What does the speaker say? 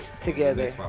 together